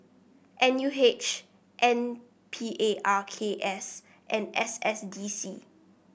N U H N P A R K S and S S D C